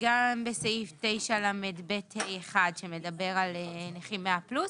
וגם בסעיף 9לב(ה)(1) שמדבר על נכים 100 פלוס,